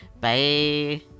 Bye